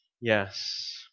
Yes